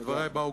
דברי באו,